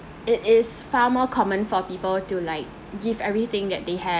it is far more common for people to like give everything that they have